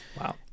Wow